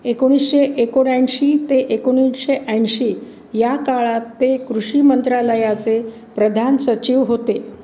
एकोणीसशे एकोणऐंशी ते एकोणीशे ऐंशी या काळात ते कृषी मंत्रालयाचे प्रधान सचिव होते